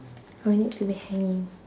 I want it to be hanging